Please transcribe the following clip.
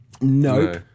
Nope